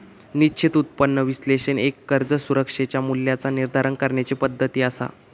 निश्चित उत्पन्न विश्लेषण एक कर्ज सुरक्षेच्या मूल्याचा निर्धारण करण्याची पद्धती असा